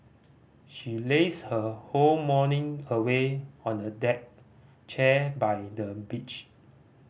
she lazed her whole morning away on the deck chair by the beach